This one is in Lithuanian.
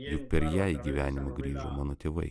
juk per ją į gyvenimą grįžo mano tėvai